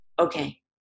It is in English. okay